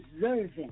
deserving